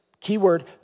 keyword